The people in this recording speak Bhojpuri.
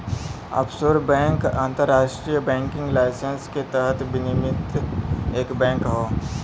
ऑफशोर बैंक अंतरराष्ट्रीय बैंकिंग लाइसेंस के तहत विनियमित एक बैंक हौ